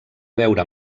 beure